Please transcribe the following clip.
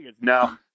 no